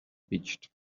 pitched